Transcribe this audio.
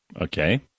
Okay